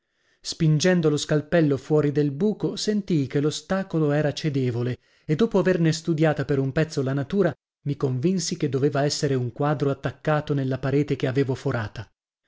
spingendo lo scalpello fuori del buco sentii che l'ostacolo era cedevole e dopo averne studiata per un pezzo la natura mi convinsi che doveva essere un quadro attaccato nella parete che avevo forata